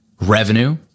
revenue